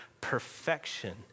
perfection